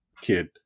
kid